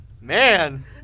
Man